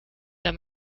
der